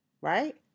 right